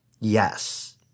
Yes